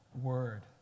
word